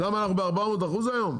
מה, אנחנו ב-400% היום?